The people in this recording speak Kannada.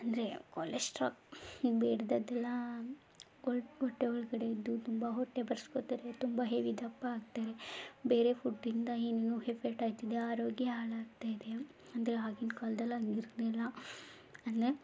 ಅಂದರೆ ಕೊಲೆಸ್ಟ್ರಾಲ್ ಬೇಡದ್ದೆಲ್ಲ ಒಟ್ಟು ಹೊಟ್ಟೆ ಒಳಗಡೆ ಇದ್ದು ತುಂಬ ಹೊಟ್ಟೆ ಬರ್ಸ್ಕೊಳ್ತಾರೆ ತುಂಬ ಹೆವಿ ದಪ್ಪ ಆಗ್ತಾರೆ ಬೇರೆ ಫುಡ್ಡಿಂದ ಏನೇನೋ ಎಫೆಕ್ಟ್ ಆಗ್ತದೆ ಆರೋಗ್ಯ ಹಾಳಾಗ್ತಾಯಿದೆ ಅಂದರೆ ಆಗಿನ ಕಾಲ್ದಲ್ಲಿ ಹಂಗಿರ್ಲಿಲ್ಲ ಅಂದರೆ